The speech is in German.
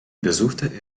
besuchte